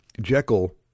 Jekyll